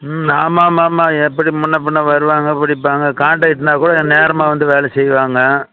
ம் ஆமாம் ஆமாம் ஆமாம் எப்படி முன்னே பின்னே வருவாங்க பிடிப்பாங்க கான்ட்ரேக்ட்னா கூட நேரமாக வந்து வேலை செய்வாங்க